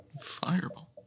Fireball